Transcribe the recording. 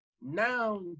now